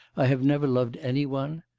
i have never loved any one!